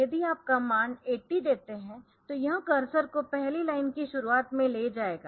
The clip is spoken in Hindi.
यदि आप कमांड 80 देते है तो यह कर्सर को पहली लाइन की शुरुआत में ले जाएगा